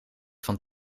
van